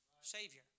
Savior